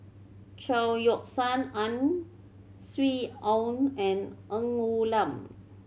Chao Yoke San Ang Swee Aun and Ng Woon Lam